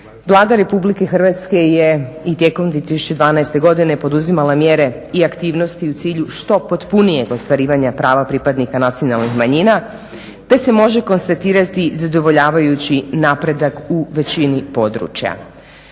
Vlada RH je i tijekom 2012.godine poduzimala mjere i aktivnosti u cilju što potpunijeg ostvarivanja prava pripadnika nacionalnih manjina te se može konstatirati zadovoljavajući napredak u većini područja.